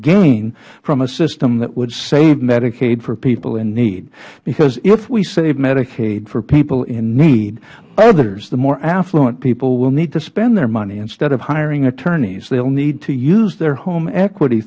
gain from a system that would save medicaid for people in need if we save medicaid for people in need others the more affluent people will need to spend their money instead of hiring attorneys they will need to use their home equity